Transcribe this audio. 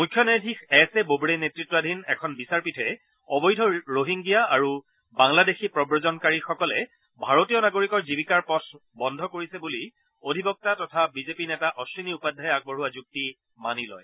মুখ্য ন্যায়াধীশ S A Bobde নেতৃতাধনী এখন বিচাৰপীঠে অবৈধ ৰহিংগীয়া আৰু বাংলাদেশী প্ৰব্ৰজনকাৰীসকলে ভাৰতীয় নাগৰিকৰ জীৱিকাৰ পথ বন্ধ কৰিছে বুলি অধিবক্তা তথা বিজেপি নেতা অশ্বিনী উপাধ্যায়ে আগবঢ়োৱা যুক্তি মানি লয়